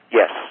yes